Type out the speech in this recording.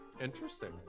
Interesting